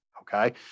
Okay